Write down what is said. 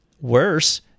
Worse